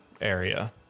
area